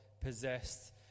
possessed